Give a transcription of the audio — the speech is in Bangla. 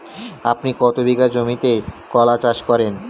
আপনি কত বিঘা জমিতে কলা চাষ করেন?